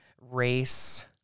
race